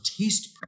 taste